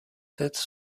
têtes